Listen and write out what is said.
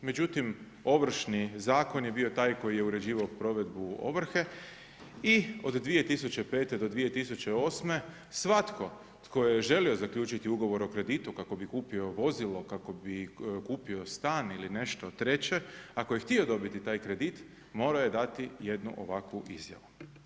Međutim, Ovršni zakon je bio taj koji je uređivao provedbu ovrhe i od 2005. do 2008. svatko tko je želio zaključiti ugovor o kreditu kako bi kupio vozilo, kako bi kupio stan ili nešto treće ako je htio dobiti taj kredit morao je dati jednu ovakvu izjavu.